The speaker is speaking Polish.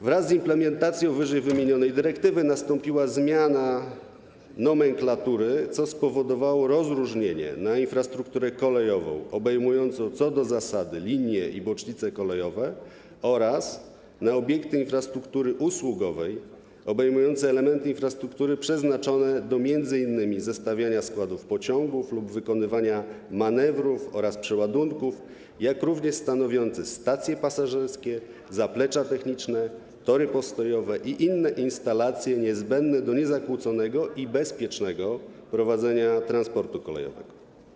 Wraz z implementacją ww. dyrektywy nastąpiła zmiana nomenklatury, co spowodowało rozróżnienie na infrastrukturę kolejową, obejmującą co do zasady linie i bocznice kolejowe, oraz na obiekty infrastruktury usługowej, obejmujące elementy infrastruktury przeznaczone do m.in. zestawiania składów pociągów lub wykonywania manewrów oraz przeładunków, jak również stanowiące stacje pasażerskie, zaplecza techniczne, tory postojowe i inne instalacje niezbędne do niezakłóconego i bezpiecznego prowadzenia transportu kolejowego.